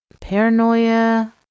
paranoia